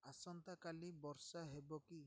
ଆସନ୍ତା କାଲି ବର୍ଷା ହେବ କି